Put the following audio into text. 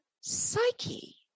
psyche